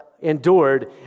endured